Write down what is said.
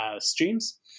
streams